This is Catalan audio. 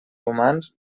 humans